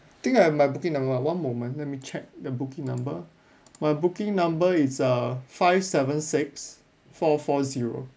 I think I have my booking number ah one moment let me check the booking number my booking number is err five seven six four four zero